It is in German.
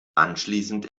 anschließend